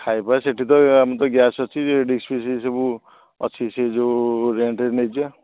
ଖାଇବା ସେଇଠି ତ ଆମ ତ ଗ୍ୟାସ୍ ଅଛି ଡ଼ିସ୍ ଫିସ୍ ସବୁ ଅଛି ସେ ଯେଉଁ ରେଣ୍ଟ୍ରେ ନେଇଯିବା